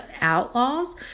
outlaws